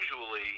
usually